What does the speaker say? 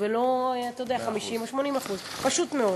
ולא 50% או 80%; פשוט מאוד.